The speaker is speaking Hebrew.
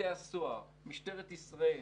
בתי הסוהר, משטרת ישראל